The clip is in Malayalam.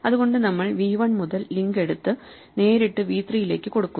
അതുകൊണ്ട് നമ്മൾ വി 1 മുതൽ ലിങ്ക് എടുത്തു നേരിട്ട് വി 3 ലേക്ക് കൊടുക്കുന്നു